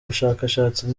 bushakashatsi